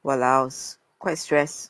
!walao! quite stress